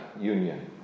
union